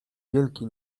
wielki